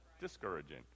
discouraging